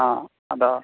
ആ അതാ